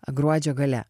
gruodžio gale